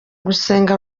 gusenga